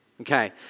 Okay